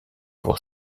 pour